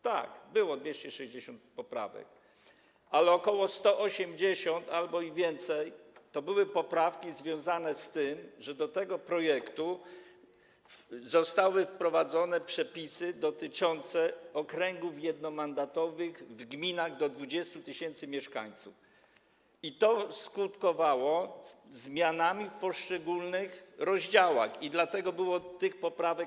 Tak, było 260 poprawek, ale ok. 180, albo i więcej, to były poprawki związane z tym, że do tego projektu zostały wprowadzone przepisy dotyczące okręgów jednomandatowych w gminach do 20 tys. mieszkańców i to skutkowało zmianami w poszczególnych rozdziałach, dlatego było tyle tych poprawek.